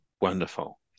Wonderful